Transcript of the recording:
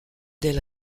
del